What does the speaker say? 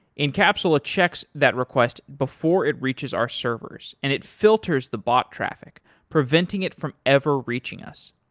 incapsula checks that request before it reaches our servers and it filters the bot traffic preventing it from ever reaching us.